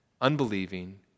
unbelieving